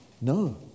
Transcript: no